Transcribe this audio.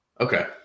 Okay